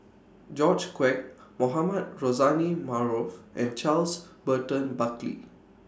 George Quek Mohamed Rozani Maarof and Charles Burton Buckley